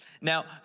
Now